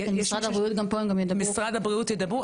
גם משרד הבריאות ידברו,